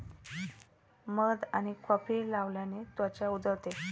मध आणि कॉफी लावल्याने त्वचा उजळते